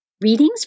Readings